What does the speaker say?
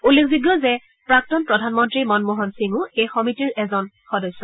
উল্লেখযোগ্য যে প্ৰাক্তন প্ৰধানমন্ত্ৰী মনোমহন সিঙো এই সমিতিৰ এজন সদস্য